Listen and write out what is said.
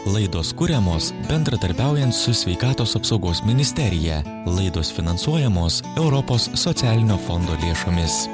laidos kuriamos bendradarbiaujant su sveikatos apsaugos ministerija laidos finansuojamos europos socialinio fondo lėšomis